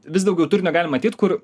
vis daugiau turinio gali matyt kur